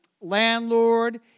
landlord